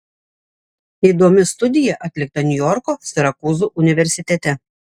įdomi studija atlikta niujorko sirakūzų universitete